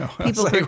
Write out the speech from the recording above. people